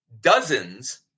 dozens